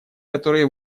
которые